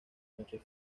noches